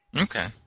Okay